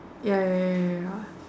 ya ya ya ya ya